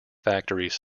factories